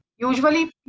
Usually